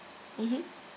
mmhmm